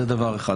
זה דבר אחד.